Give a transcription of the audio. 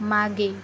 मागे